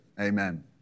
Amen